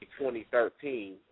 2013